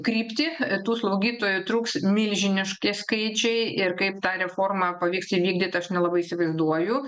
kryptį tų slaugytojų trūks milžiniški skaičiai ir kaip tą reformą pavyks įvykdyt aš nelabai įsivaizduoju